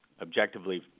objectively